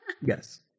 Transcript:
Yes